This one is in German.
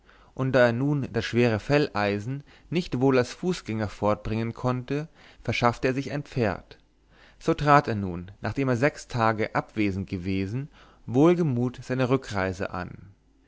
und da er nun das schwere felleisen nicht wohl als fußgänger fortbringen konnte verschaffte er sich ein pferd so trat er nun nachdem er sechs tage abwesend gewesen wohlgemut seine rückreise an